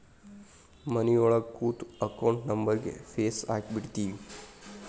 ಮನಿಯೊಳಗ ಕೂತು ಅಕೌಂಟ್ ನಂಬರ್ಗ್ ಫೇಸ್ ಹಾಕಿಬಿಡ್ತಿವಿ